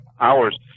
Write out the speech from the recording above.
hours